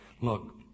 look